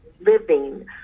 living